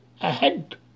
ahead